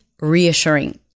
reassuring